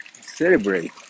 celebrate